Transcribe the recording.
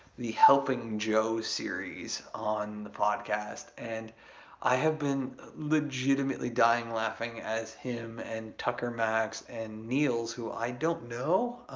the helping joe series on the podcast. and i have been legitimately dying laughing as him and tucker max and nils, who i don't know,